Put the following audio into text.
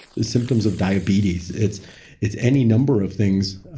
the symptoms of diabetes. it's it's any number of things